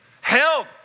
help